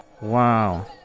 Wow